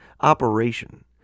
operation